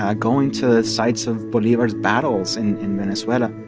ah going to sites of bolivar's battles in in venezuela,